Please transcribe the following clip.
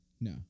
No